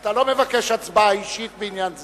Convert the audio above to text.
אתה לא מבקש הצבעה אישית בעניין זה?